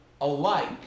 alike